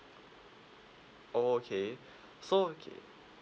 oh okay so okay